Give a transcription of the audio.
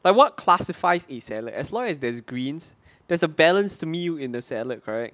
like what classifies a salad as long as there's greens there's a balanced meal in the salad correct